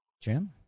Jim